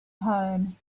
home